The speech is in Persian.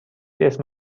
اسم